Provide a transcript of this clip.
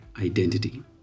identity